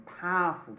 powerful